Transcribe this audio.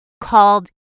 called